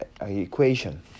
equation